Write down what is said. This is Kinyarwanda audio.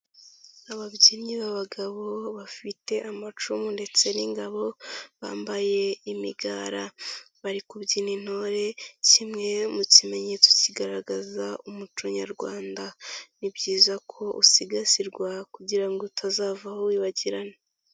Ababyinnyi b'abagabo bafite amacumu ndetse n'ingabo bambaye imigara bari kubyina intore kimwe mu kimenyetso kigaragaza umuco nyarwanda, ni byiza ko usigasirwa kugira ngo utazavaho wibagirana.